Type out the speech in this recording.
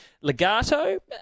Legato